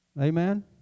amen